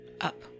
up